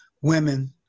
women